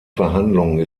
verhandlung